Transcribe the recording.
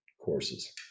courses